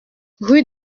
rue